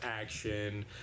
action